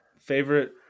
favorite